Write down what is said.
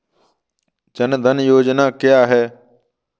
जनधन योजना क्या है?